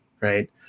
right